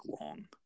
Long